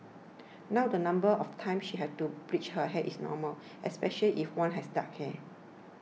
now the number of times she had to bleach her hair is normal especially if one has dark hair